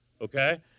Okay